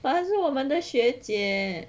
but 还是我们的学姐